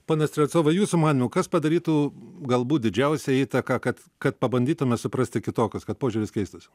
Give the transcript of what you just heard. pone strelcovai jūsų manymu kas padarytų galbūt didžiausią įtaką kad kad pabandytume suprasti kitokius kad požiūris keistųsi